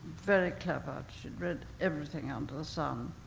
very clever. she'd read everything under the sun.